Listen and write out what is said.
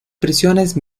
prisiones